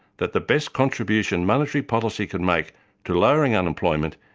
that the best contribution monetary policy can make to lowering unemployment,